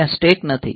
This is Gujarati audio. ત્યાં સ્ટેક નથી